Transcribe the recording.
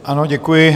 Ano, děkuji.